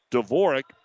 Dvorak